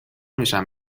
میشم